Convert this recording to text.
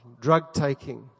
drug-taking